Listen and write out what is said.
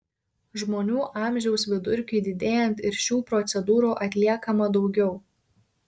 žmonių amžiaus vidurkiui didėjant ir šių procedūrų atliekama daugiau